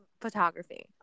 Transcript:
photography